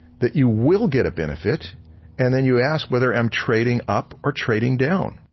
that you will get a benefit and then you ask whether i'm trading up or trading down.